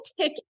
pick